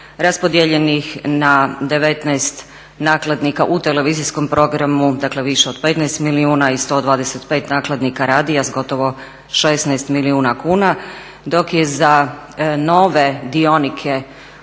raspodijeljenih na 19 nakladnika u televizijskom programu, dakle više od 15 milijuna i 125 nakladnika radija s gotovo 16 milijuna kuna dok je za nove dionike ovih